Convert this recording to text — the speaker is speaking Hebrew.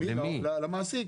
למעסיק,